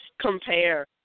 compare